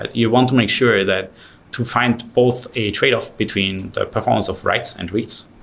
ah you want to make sure that to find both a trade-off between the performance of writes and reads,